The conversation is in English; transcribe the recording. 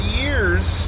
years